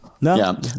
No